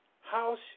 House